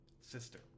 sister